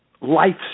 life